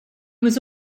was